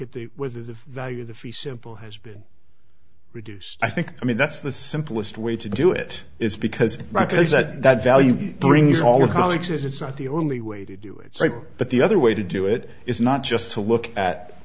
at the with the value of the fee simple has been reduce i think i mean that's the simplest way to do it is because rightly said that value brings all the colleges it's not the only way to do it but the other way to do it is not just to look at